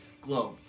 globe